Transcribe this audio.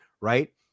right